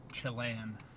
Chilean